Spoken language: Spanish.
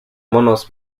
monos